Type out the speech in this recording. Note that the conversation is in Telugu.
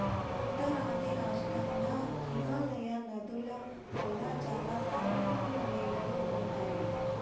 ఉత్తరాది రాష్ట్రాల్ల హిమాలయ నదుల వల్ల చాలా సారవంతమైన నేలలు ఉండాయి